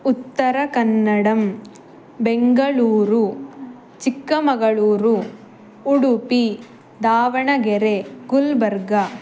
उत्तरकन्नडं Bengaluru Chikkamagaluru Udupi Davanagere Gulbarga